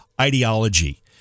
ideology